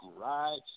right